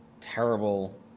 terrible